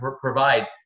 provide